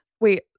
Wait